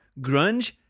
Grunge